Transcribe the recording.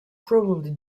probably